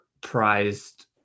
prized